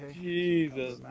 Jesus